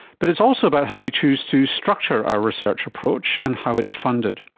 but it's also about how we choose to structure our research approach and how it's funded.